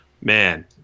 man